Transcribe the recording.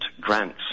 grants